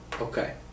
Okay